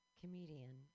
comedian